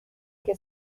que